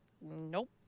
nope